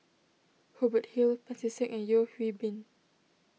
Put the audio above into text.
Hubert Hill Pancy Seng and Yeo Hwee Bin